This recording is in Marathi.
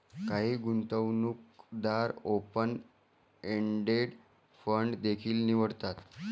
काही गुंतवणूकदार ओपन एंडेड फंड देखील निवडतात